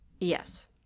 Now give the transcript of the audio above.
yes